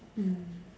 mm